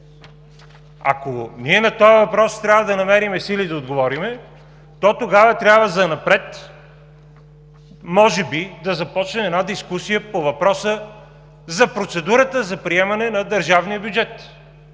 Ако ние на този въпрос трябва да намерим сили да отговорим, то тогава трябва занапред може би да започне една дискусия по въпроса за процедурата за приемане на държавния бюджет.